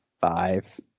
five